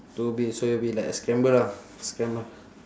two B so it will be like a scrambler lah scrambler